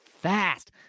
fast